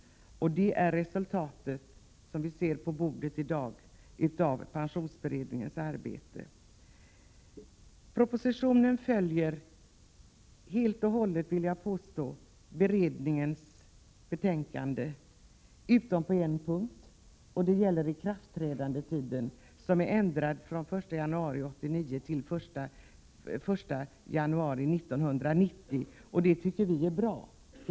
Resultatet av pensionsberedningens arbete ser vi på riksdagens bord i dag. Propositionen följer helt och hållet, vill jag påstå, beredningens betänkande utom på en punkt, nämligen i fråga om ikraftträdandetiden, som är ändrad från den 1 januari 1989 till den 1 januari 1990. Det tycker vi är bra.